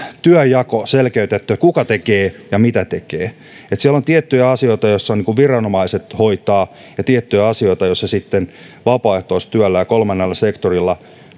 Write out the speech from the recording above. työnjako selkeytettyä kuka tekee ja mitä tekee siellä on tiettyjä asioita jotka viranomaiset hoitavat ja tiettyjä asioita joissa sitten vapaaehtoistyöllä ja kolmannella sektorilla